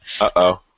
Uh-oh